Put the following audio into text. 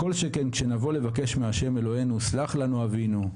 כשנבוא לבקש מהשם אלוהינו "סלח לנו אבינו,